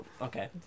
Okay